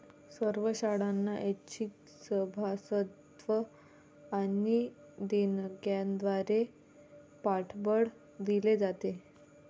सर्व शाळांना ऐच्छिक सभासदत्व आणि देणग्यांद्वारे पाठबळ दिले जाते